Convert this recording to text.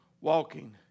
walking